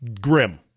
grim